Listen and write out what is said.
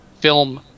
film